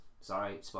Sorry